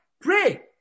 pray